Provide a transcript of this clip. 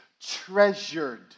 treasured